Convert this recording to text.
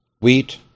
wheat